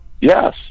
Yes